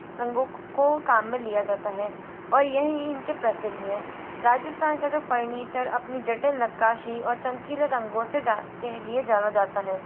रंगों को काम में लिया जाता है और यह ही इनके प्रसिद्ध हैं राजिस्थान का जो फ़र्नीचर अपनी जटिल नक्काशी और चमकीले रंगों से जा के लिए जाना जाता है